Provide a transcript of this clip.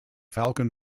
falcon